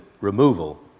removal